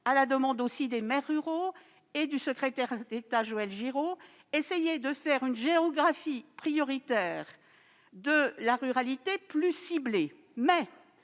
le demandaient les maires ruraux et le secrétaire d'État Joël Giraud, établir une géographie prioritaire de la ruralité plus ciblée.